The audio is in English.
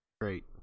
Great